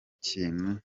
ikintu